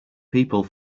people